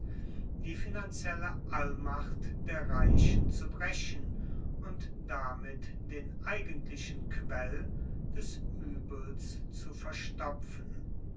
die finanzielle allmacht der reichen zu brechen und damit den eigentlichen quell des uebels zu verstopfen